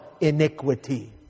iniquity